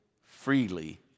freely